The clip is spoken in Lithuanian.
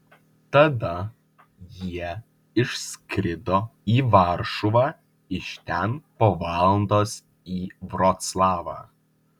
tada jie išskrido į varšuvą iš ten po valandos į vroclavą